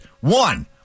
One